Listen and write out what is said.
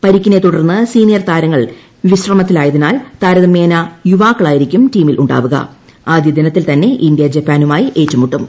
പരിക്കിനെ തുടർന്ന് സീനിയർ താരങ്ങൾ വിശമത്തിലിട്ടുയതിനാൽ താരതമ്യേന യുവാക്കളായിരിക്കും ടീമിലുണ്ടാവുക്കു ആദ്യ ദിനത്തിൽ തന്നെ ഇന്ത്യ ജപ്പാനുമായി ഏറ്റുമുട്ടും